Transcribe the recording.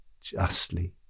justly